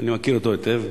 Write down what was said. אני מכיר אותו היטב.